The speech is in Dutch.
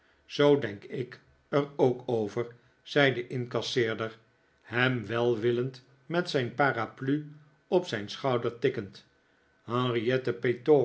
zoo denk ik er ook over zei de incasseerder hem welwillend met zijn paraplu op zijn schouder tikkend